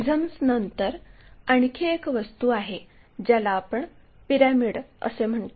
प्रिझम्सनंतर आणखी एक वस्तू आहे ज्याला आपण पिरॅमिड असे म्हणतो